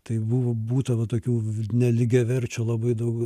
tai buvo būta va tokių nelygiaverčių labai daug